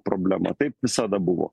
problema taip visada buvo